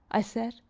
i said,